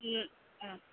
ও ও